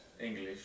English